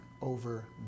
over